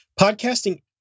podcasting